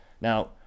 Now